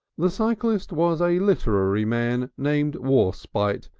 the cyclist was a literary man named warspite,